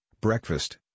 breakfast